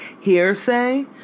hearsay